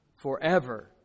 forever